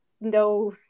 no